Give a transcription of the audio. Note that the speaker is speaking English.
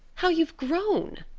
how you've grown!